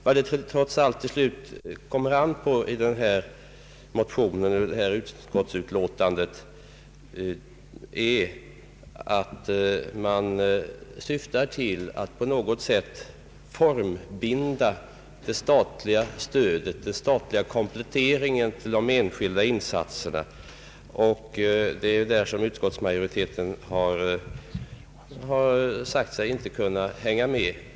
Vad saken trots allt gäller i detta utskottsutlåtande är att motionerna syftar till att på något sätt formbinda det statliga stödet, den statliga kompletteringen till de enskilda insatserna. Här har utskottsmajoriteten sagt sig inte kunna hänga med.